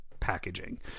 packaging